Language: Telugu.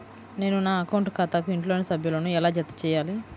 నేను నా అకౌంట్ ఖాతాకు ఇంట్లోని సభ్యులను ఎలా జతచేయాలి?